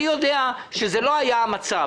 אני יודע שזה לא היה המצב,